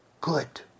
good